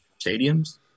stadiums